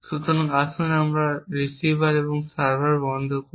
সুতরাং আসুন আমরা রিসিভার এবং সার্ভার বন্ধ করি